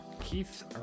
Keith